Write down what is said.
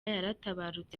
yaratabarutse